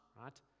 right